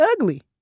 ugly